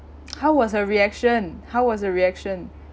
how was her reaction how was her reaction